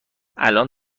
الآن